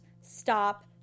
stop